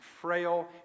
frail